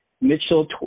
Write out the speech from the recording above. Mitchell